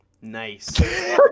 Nice